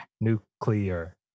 Nuclear